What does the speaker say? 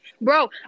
bro